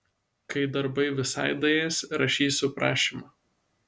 kai darbai visai daės rašysiu prašymą